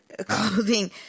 clothing